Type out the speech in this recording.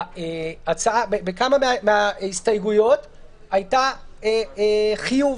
בכמה מההסתייגויות היה חיוב,